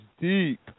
deep